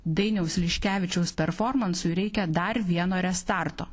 dainiaus liškevičiaus performansui reikia dar vieno restarto